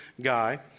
guy